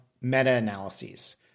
meta-analyses